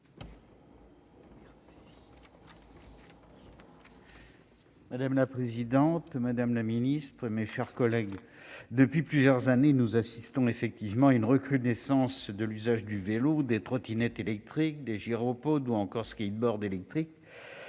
Madame la présidente, madame la ministre, mes chers collègues, depuis plusieurs années, nous assistons à une recrudescence de la pratique du vélo, des trottinettes électriques, des gyropodes et autres skateboards électriques.